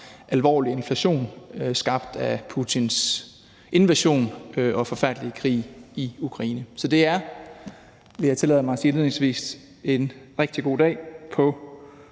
alvorlig inflation skabt af Putins invasion og forfærdelige krig i Ukraine. Så det er – vil jeg tillade mig at sige indledningsvis